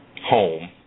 home